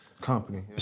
company